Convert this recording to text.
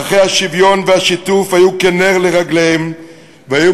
וערכי השוויון והשיתוף היו נר לרגליהם והיו